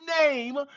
name